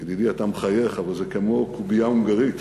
ידידי, אתה מחייך, אבל זה כמו קובייה הונגרית.